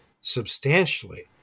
substantially